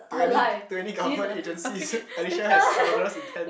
to any to any government agencies Alicia has murderous intend